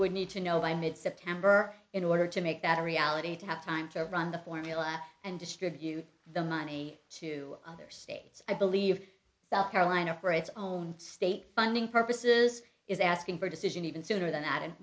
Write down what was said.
would need to know by mid september in order to make that a reality to have time to run the formula and distribute the money to other states i believe south carolina for its own state funding purposes is asking for a decision even sooner than that and